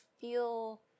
feel